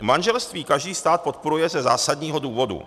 Manželství každý stát podporuje ze zásadního důvodu.